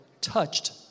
touched